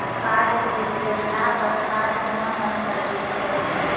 Card हेरैला पर card केना बंद करबै छै?